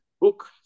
book